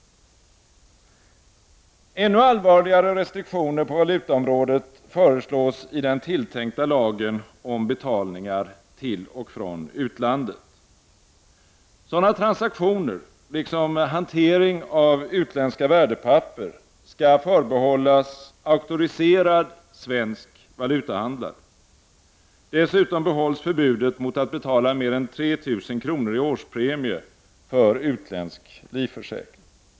Än allvarligare restriktioner på valutaområdet föreslås i den tilltänkta lagen om betalningar till och från utlandet. Sådana transaktioner, liksom hantering av utländska värdepapper, skall förbehållas auktoriserad svensk valutahandlare. Dessutom behålls förbudet mot att betala mer än 3 000 kr. i årspremier för utländsk livförsäkring.